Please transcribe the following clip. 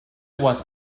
was